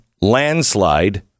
landslide